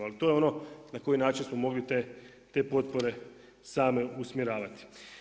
Ali to je ono na koji način smo mogli te potpore sami usmjeravati.